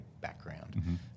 background